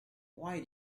why